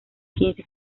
quince